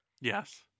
Yes